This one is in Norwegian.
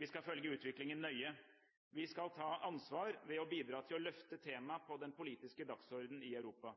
Vi skal følge utviklingen nøye. Vi skal ta ansvar ved å bidra til å løfte temaet på den politiske dagsordenen i Europa.